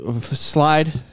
slide